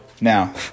Now